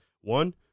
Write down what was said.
One